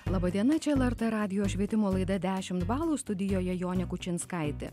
laba diena čia lrt radijo švietimo laida dešimt balų studijoje jonė kučinskaitė